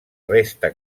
resta